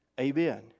Amen